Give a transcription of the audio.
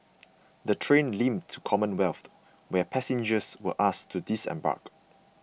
the train limped to Commonwealth where passengers were asked to disembark